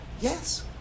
Yes